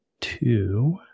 two